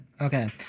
Okay